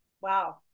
wow